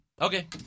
Okay